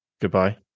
Goodbye